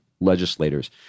legislators